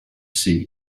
see